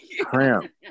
Cramp